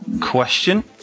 question